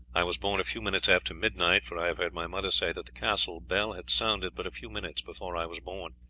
i was born a few minutes after midnight, for i have heard my mother say that the castle bell had sounded but a few minutes before i was born.